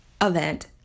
event